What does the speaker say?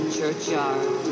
churchyard